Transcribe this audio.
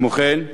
כמו כן,